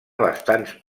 bastants